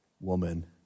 woman